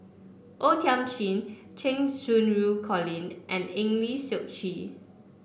O Thiam Chin Cheng Xinru Colin and Eng Lee Seok Chee